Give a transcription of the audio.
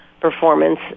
performance